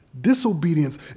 disobedience